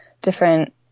different